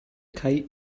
kite